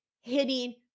hitting